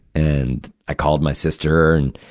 and i called my sister and,